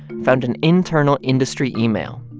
found an internal industry email.